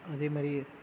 அதேமாதிரி